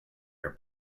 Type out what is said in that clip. her